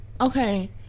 okay